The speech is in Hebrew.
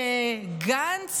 שגנץ